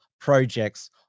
projects